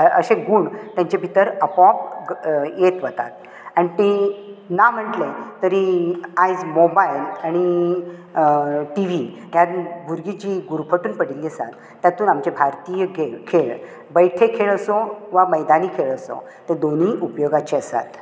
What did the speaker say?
अशें गूण तांचें भितर आपो आप येत वतात आनी ते ना म्हणले तरीय आयज मोबाइल आनी टी वी ह्यात भुरगीं जी घुरपटून पडिल्ली आसात तातूंत आमचें भारतीय खेळ बैठे खेळ आसूं वा मैदानी खेळ आसूं हें दोनूय उपयोगाचे आसात